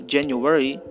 January